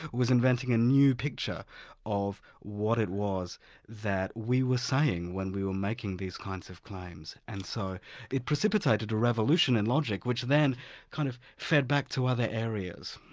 was inventing a new picture of what it was that we were saying when we were making these kinds of claims. and so it precipitated a revolution in logic, which when kind of fed back to other areas.